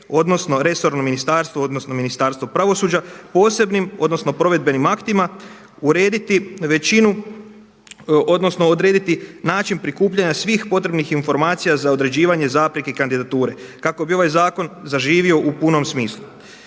odnosno resorno ministarstvo odnosno Ministarstvo pravosuđa posebnim odnosno provedbenim aktima urediti većinu odnosno odrediti način prikupljanja svih potrebnih informacija za određivanje zapreke kandidature kako bi ovaj zakon zaživio u punom smislu,